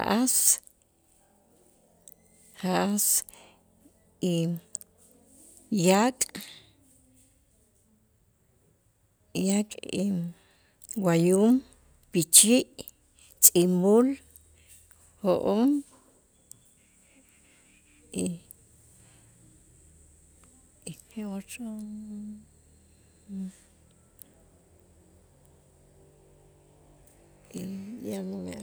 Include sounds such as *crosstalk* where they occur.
Ja'as- ja'as y yak- yak inwayun pichi' tz'imul jo'on y que otro *hesitation* y ya no me